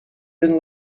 been